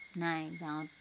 নাই গাঁৱত